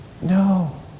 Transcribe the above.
No